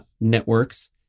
networks